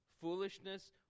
foolishness